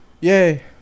Yay